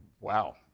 wow